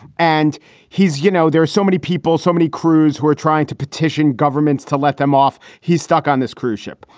and he's you know, there's so many people, so many crews who are trying to petition governments to let them off. he's stuck on this cruise ship.